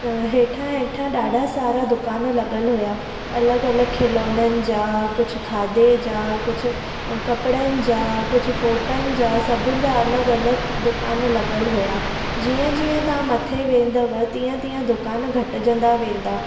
हेठां हेठां ॾाढा सारा दुकान लॻल हुया अलॻि अलॻि खिलौननि जा कुझु खाधे जा कुझु कपिड़नि जा कुझु फोटुनि जा सभिनी जा अलॻि अलॻि दुकान लॻल हुया जीअं जीअं तव्हां मथे वेंदव तीअं तीअं दुकान घटिजंदा वेंदा